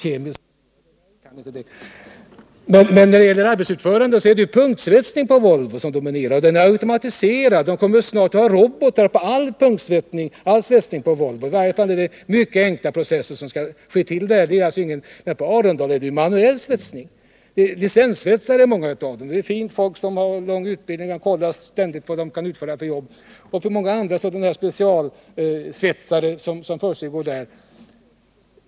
Men när det gäller arbetets utförande är det punktsvetsning som dominerar på Volvo, och den är automatiserad och kommer snart att utföras av robotar helt och hållet. Det är en mycket enkel process, medan den svetsning som görs på Arendal sker manuellt. Många av utövarna är licenssvetsare — fint folk som har lång utbildning och ständigt kollas i vad avser kunnighet osv. Många arbetsuppgifter som utförs där är alltså specialarbeten.